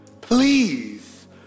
please